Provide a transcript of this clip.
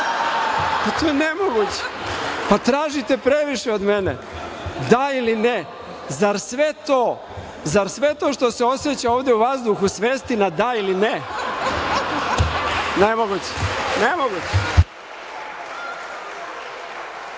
Pa to je nemoguće. Pa tražite previše od mene. Da ili ne? Zar sve to što se oseća ovde u vazduhu svesti na – da ili ne. Nemoguće. Nemoguće.